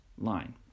line